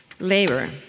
Labor